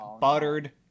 buttered